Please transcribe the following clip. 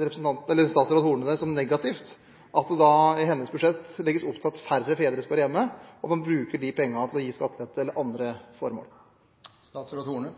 statsråd Horne det som negativt at det i hennes budsjett legges opp til at færre fedre skal være hjemme, og at man bruker de pengene til å gi skattelette eller til andre